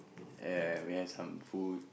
ya we had some food